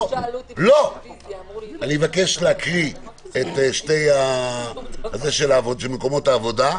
אני מבקש להקריא את מקומות העבודה,